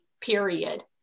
period